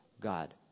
God